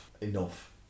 enough